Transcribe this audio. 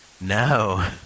No